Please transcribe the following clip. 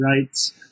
rights